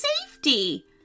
safety